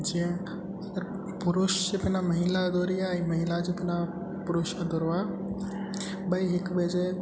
जंहिं पुरुष जे बिना महिला अधूरी आहे ऐं महिला जे बिना पुरुष अधूरो आहे ॿई हिक ॿिए जे